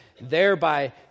thereby